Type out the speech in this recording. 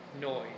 noise